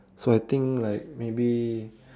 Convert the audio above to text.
so I think like maybe